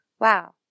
Wow